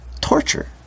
torture